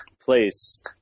place